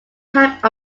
type